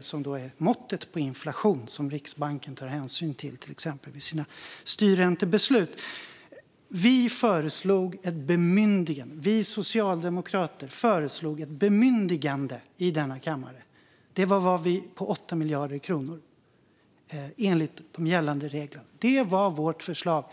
som är det mått på inflation som Riksbanken tar hänsyn till i sina styrräntebeslut, till exempel. Vi socialdemokrater föreslog i denna kammare ett bemyndigande på 8 miljarder kronor, enligt de gällande reglerna. Det var vårt förslag.